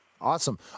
Awesome